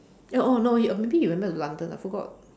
ya oh no maybe he went back to London I forgot